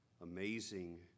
amazing